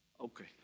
Okay